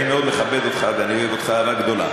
אני מכבד אותך מאוד ואני אוהב אותך אהבה גדולה,